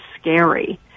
scary